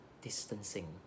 distancing